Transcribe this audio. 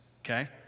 okay